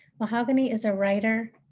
mahogany is a writer,